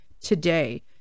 today